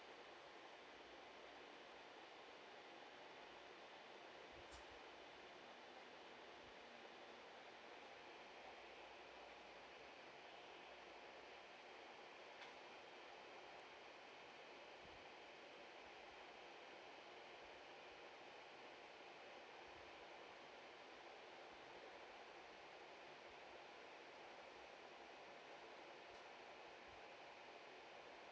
uh me